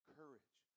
courage